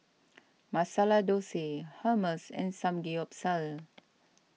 Masala Dosa Hummus and Samgeyopsal